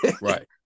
right